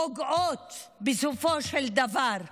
פוגעות בסופו של דבר באזרחים,